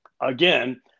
again